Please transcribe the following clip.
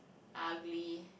ugly